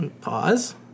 Pause